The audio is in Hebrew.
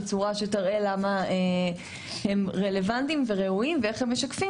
בצורה שתראה למה הם רלוונטיים וראויים ואיך הם משקפים